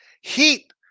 Heat